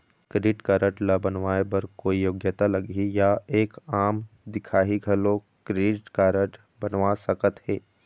Credit card ला बनवाए बर कोई योग्यता लगही या एक आम दिखाही घलो क्रेडिट कारड बनवा सका थे?